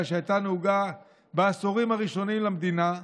שהייתה נהוגה בעשורים הראשונים למדינה,